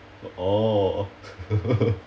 orh